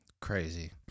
Crazy